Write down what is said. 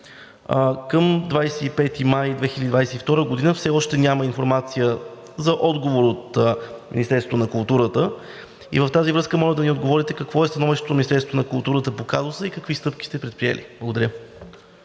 Към 25 май 2022 г. все още няма информация за отговор от Министерството на културата и в тази връзка моля да ни отговорите какво е становището на Министерството на културата по казуса и какви стъпки сте предприели? Благодаря.